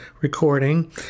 recording